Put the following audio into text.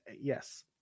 Yes